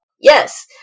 Yes